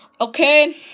okay